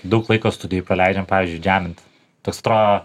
daug laiko studijoj praleidžiam pavyzdžiui džemint tas atrodo